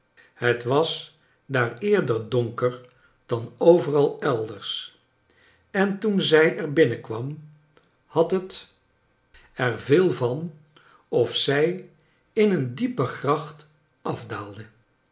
het was daar eerder donker dan overal elders en toen zij er binnenkwam had het er veel van of zij in een diepe gracht afdaalde